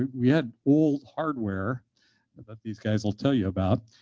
we had old hardware that but these guys will tell you about,